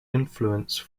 influence